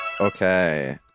Okay